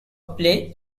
play